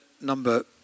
number